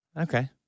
okay